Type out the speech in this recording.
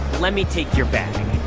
let me take your bag.